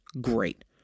great